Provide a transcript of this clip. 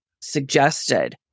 suggested